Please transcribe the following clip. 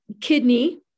kidney